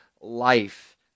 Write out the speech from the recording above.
life